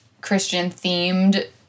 Christian-themed